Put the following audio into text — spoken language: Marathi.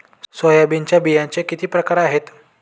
सोयाबीनच्या बियांचे किती प्रकार आहेत?